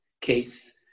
case